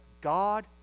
God